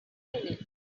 minute